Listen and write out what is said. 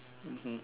mmhmm